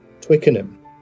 Twickenham